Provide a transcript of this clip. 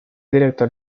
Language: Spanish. director